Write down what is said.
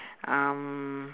um